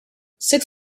six